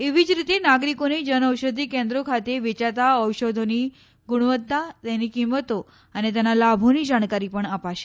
એવી જ રીતે નાગરીકોને જનઔષધી કેન્દ્રો ખાતે વેયાતા ઔષધોની ગુણવત્તા તેની કિંમતો અને તેના લાભોની જાણકારી પણ અપાશે